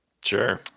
sure